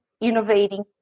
innovating